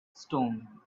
stone